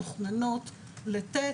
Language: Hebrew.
מתוכננות ל-ט',